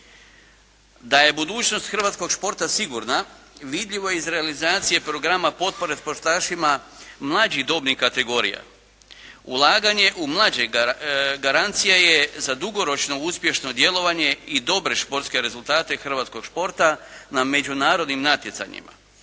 Da je budućnost hrvatskog športa sigurna vidljivo je iz realizacije programa potpore športašima mlađih dobnih kategorija. Ulaganje u mlađe, garancija je za dugoročno uspješno djelovanje i dobre športske rezultate hrvatskog športa na međunarodnim natjecanjima.